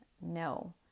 No